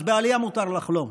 אז בעלייה מותר לחלום.